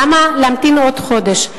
למה להמתין עוד חודש?